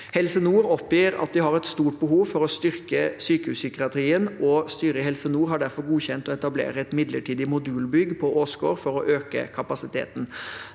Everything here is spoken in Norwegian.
Helse nord oppgir at de har et stort behov for å styrke sykehuspsykiatrien, og styret i Helse nord har derfor godkjent å etablere et midlertidig modulbygg på Åsgård for å øke kapasiteten.